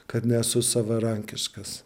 kad nesu savarankiškas